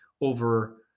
over